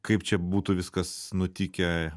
kaip čia būtų viskas nutikę